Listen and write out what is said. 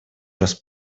раз